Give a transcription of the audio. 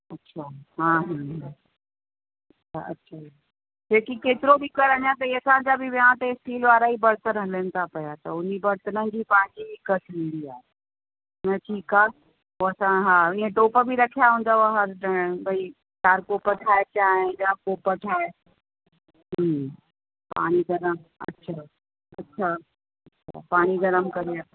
अच्छा हा हम्म हम्म अच्छा अच्छा जेकी केतिरो बि कर अञा ताईं असां जा बि विहांउ ते स्टील वारा ई बरतनि हलनि था पिया त हुन बरतननि जी पंहिंजी हिकु थींदी आहे न ठीकु आहे पोइ असां हा इअं टोप बि रखिया हूंदव हा ह भई चारि कोप ठाहे चांहि जा कोप ठाहे हम्म पाणी गरमु अच्छा अच्छा अच्छा पाणी गरमु करे